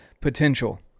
potential